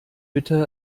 bitte